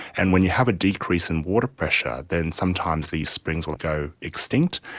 and when you have a decrease in water pressure, then sometimes these springs will go extinct,